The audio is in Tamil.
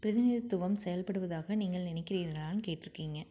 பிரதிநிதித்துவம் செயல்படுவதாக நீங்கள் நினைக்கிறீர்களான்னு கேட்டிருக்கீங்க